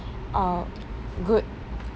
uh good